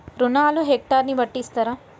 రుణాలు హెక్టర్ ని బట్టి ఇస్తారా?